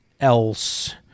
else